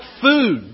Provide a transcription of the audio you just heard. food